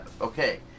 okay